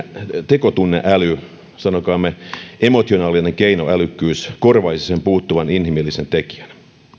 tekotunne äly sanokaamme emotionaalinen keinoälykkyys korvaisi sen puuttuvan inhimillisen tekijän